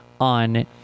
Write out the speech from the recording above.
on